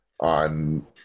on